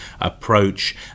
approach